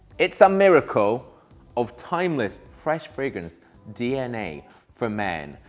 it's a miracle of timeless, fresh fragrance dna for men.